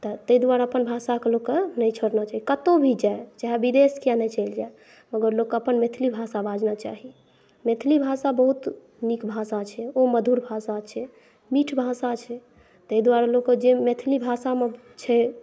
तऽ तैं दुआरे अपन भाषाक लोकके नहि छोड़ना चाही कतहु भी जाइ चाहे विदेश भी किया नहि चलि जाइ मगर लोकके अपन मैथिली भाषा बाजना चाही मैथिली भाषा बहुत नीक भाषा छै ओ मधुर भाषा छै मीठ भाषा छै तैं दुआरे लोकके जे मैथिली भाषामे छै